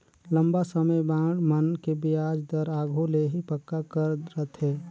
लंबा समे बांड मन के बियाज दर आघु ले ही पक्का कर रथें